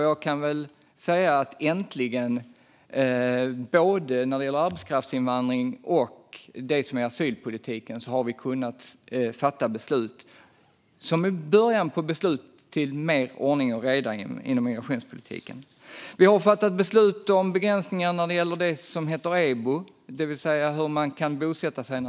Jag säger äntligen i fråga om att vi har fattat beslut som innebär en början till mer ordning och reda när det gäller arbetskraftsinvandringen och asylpolitiken, det vill säga migrationspolitiken. Vi har fattat beslut om att begränsa EBO, det vill säga var en asylsökande kan bosätta sig.